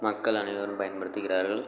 மக்கள் அனைவரும் பயன்படுத்துகிறார்கள்